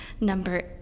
Number